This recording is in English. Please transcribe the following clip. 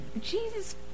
Jesus